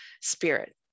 spirit